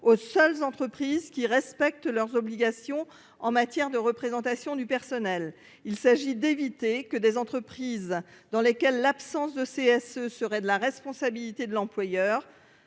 aux seules entreprises qui respectent leurs obligations en matière de représentation du personnel. Il s'agit d'éviter que des entreprises dans lesquelles l'absence de CSE serait de la responsabilité de l'employeur